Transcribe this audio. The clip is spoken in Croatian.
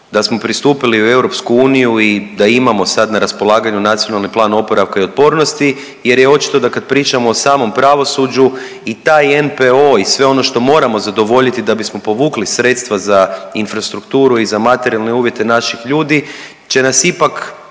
da smo pristupili u EU i da imamo sad na raspolaganju NPOO jer je očito da kad pričamo o samom pravosuđu i taj NPOO i sve ono što moramo zadovoljiti da bismo povukli sredstva za infrastrukturu i za materijalne uvjete naših ljudi će nas ipak